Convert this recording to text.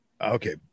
Okay